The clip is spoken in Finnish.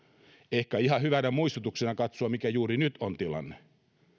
ehkä on ihan hyvä muistutuksena katsoa mikä juuri nyt on tilanne